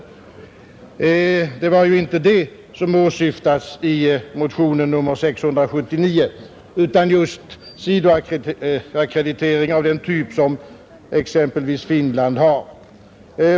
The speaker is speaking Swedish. Det var ju inte det som åsyftades i motionen 679 utan just sidoackreditering av den typ som exempelvis Finland har.